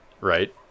right